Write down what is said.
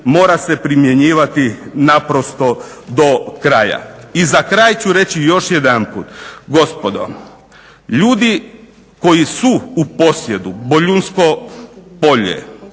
mora se primjenjivati naprosto do kraja. I za kraj ću reći još jedanput, gospodo ljudi koji su u posjedu Boljunsko polje,